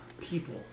people